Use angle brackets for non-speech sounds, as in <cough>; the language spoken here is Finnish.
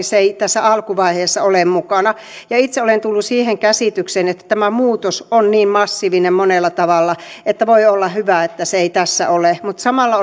<unintelligible> se ei tässä alkuvaiheessa ole mukana kuten tunnettua on itse olen tullut siihen käsitykseen että tämä muutos on niin massiivinen monella tavalla että voi olla hyvä että se ei tässä ole mutta samalla <unintelligible>